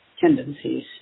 tendencies